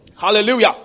Hallelujah